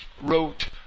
wrote